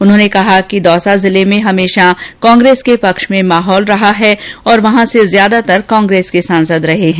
उन्होंने कहा कि दौसा जिले में हमेशा कांग्रेस के पक्ष में माहौल रहा है और वहां से ज्यादातर कांग्रेस के सांसद रहे हैं